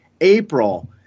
april